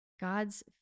God's